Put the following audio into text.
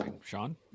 Sean